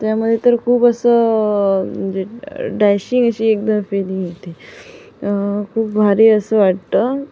त्यामध्ये तर खूप असं डॅशिंग अशी एकदम फीलिंग येते खूप भारी असं वाटतं